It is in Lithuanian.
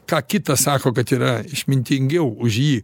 ką kitas sako kad yra išmintingiau už jį